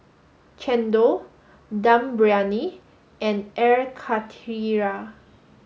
Chendol Dum Briyani and Air Karthira